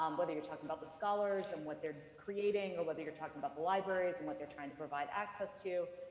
um whether you're talking about the scholars and what they're creating or whether you're talking about the libraries and what they're trying to provide access to.